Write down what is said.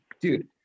dude